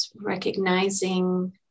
recognizing